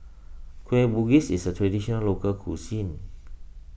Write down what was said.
Kueh Bugis is a Traditional Local Cuisine